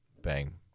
bang